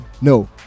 No